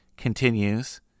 continues